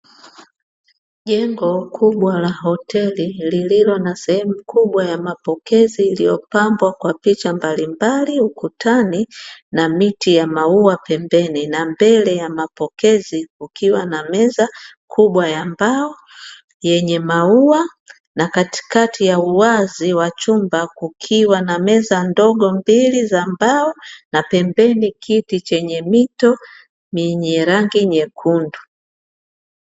Jengo kubwa la hoteli lililo na sehemu kubwa ya mapokezi iliyopambwa kwa picha mbalimbali ukutani na miti ya maua pembeni na mbele ya mapokezi kukiwa na meza kubwa ya mbao yenye maua na katikati ya uwazi wa chumba kukiwa na meza ndogo mbili za mbao na pembeni kiti chenye mito yenye rangi ya nyekundu.